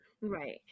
Right